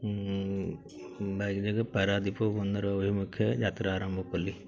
bike ଯୋଗେ ପାରାଦ୍ୱୀପ ବନ୍ଦର ଅଭିମୁଖେ ଯାତ୍ରା ଆରମ୍ଭ କଲି